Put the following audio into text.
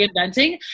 reinventing